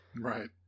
Right